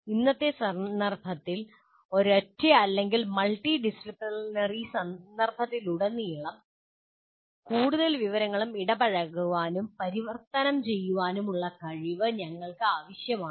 ഇന്നത്തെ സന്ദർഭത്തിൽ ഒരൊറ്റ അല്ലെങ്കിൽ മൾട്ടി ഡിസിപ്ലിനറി സന്ദർഭത്തിലുടനീളം കൂടുതൽ വിവരങ്ങളുമായി ഇടപഴകാനും പരിവർത്തനം ചെയ്യാനുമുള്ള കഴിവ് ഞങ്ങൾക്ക് ആവശ്യമാണ്